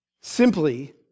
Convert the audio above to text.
simply